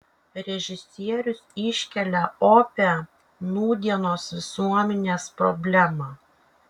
režisierius iškelia opią nūdienos visuomenės problemą